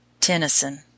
Tennyson